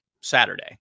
Saturday